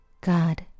God